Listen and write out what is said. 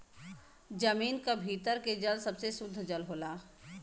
जमीन क भीतर के जल सबसे सुद्ध जल होला